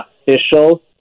official